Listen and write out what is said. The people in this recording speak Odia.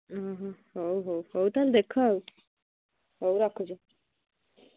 ହଁ ହଉ ହଉ ହଉ ତାହେଲେ ଦେଖ ଆଉ ହଉ ରଖୁଛି